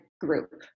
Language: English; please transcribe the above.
group